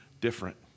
different